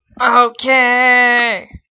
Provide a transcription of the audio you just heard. Okay